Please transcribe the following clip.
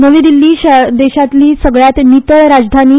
नवी दिल्ली देशांतली सगल्यांत नितळ राजधानी